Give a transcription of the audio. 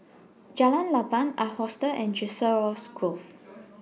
Jalan Lapang Ark Hostel and Chiselhurst Grove